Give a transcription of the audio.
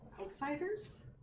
outsiders